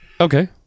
Okay